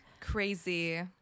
Crazy